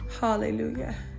Hallelujah